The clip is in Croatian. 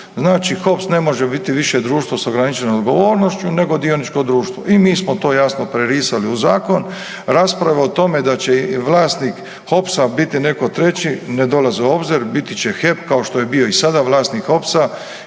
Znači HOPS ne može biti više društvo s ograničenom odgovornošću, nego dioničko društvo. I mi smo to jasno prerisali u zakon. Raspravo o tome da će vlasnik HOPS-a biti netko treći ne dolazi u obzir biti će HEP kao što je bio i sada vlasnik HOPS-a